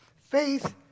Faith